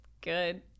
good